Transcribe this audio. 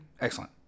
Excellent